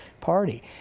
party